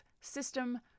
system